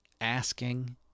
asking